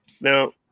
Now